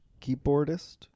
keyboardist